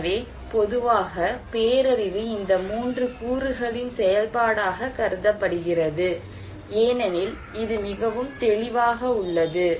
எனவே பொதுவாக பேரழிவு இந்த 3 கூறுகளின் செயல்பாடாக கருதப்படுகிறது ஏனெனில் இது மிகவும் தெளிவாக உள்ளது